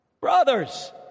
brothers